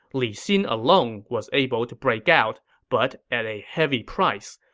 li xin alone was able to break out, but at a heavy price.